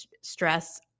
stress